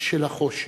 של החושך.